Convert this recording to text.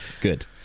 good